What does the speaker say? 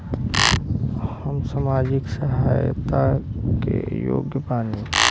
हम सामाजिक सहायता के योग्य बानी?